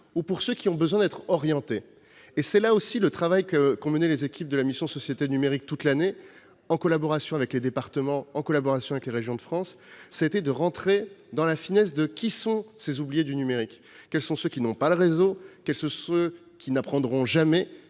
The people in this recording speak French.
ou pour ceux qui ont besoin d'être orientés. C'est aussi le travail qu'ont mené les équipes de la mission Société numérique, toute l'année dernière, en collaboration avec les départements et les régions de France : déterminer, en toute finesse, qui sont ces oubliés du numérique. Quels sont ceux qui n'ont pas le réseau ? Quels sont ceux qui n'apprendront jamais ?